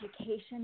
education